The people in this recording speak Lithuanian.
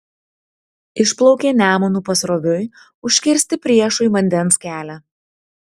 išplaukė nemunu pasroviui užkirsti priešui vandens kelią